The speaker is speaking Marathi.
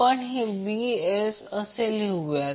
आपण हे Vs असे लिहूया